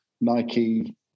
Nike